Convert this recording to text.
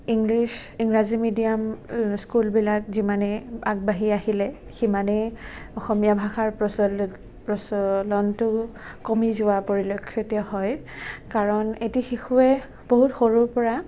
English Ingraji medium স্কুলবিলাক যিমানেই আগবাঢ়ি আহিলে সিমানেই অসমীয়া ভাষাটোৰ প্ৰচলনটো কমি যোৱা পৰিলক্ষিত হয় কাৰণ এটি শিশুৱে বহুত সৰুৰ পৰা